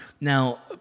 now